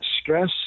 Stress